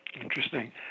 Interesting